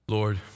Lord